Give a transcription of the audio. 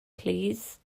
plîs